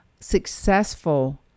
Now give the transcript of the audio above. successful